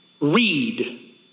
Read